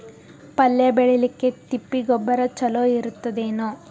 ಪಲ್ಯ ಬೇಳಿಲಿಕ್ಕೆ ತಿಪ್ಪಿ ಗೊಬ್ಬರ ಚಲೋ ಇರತದೇನು?